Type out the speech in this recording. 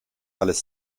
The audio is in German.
alles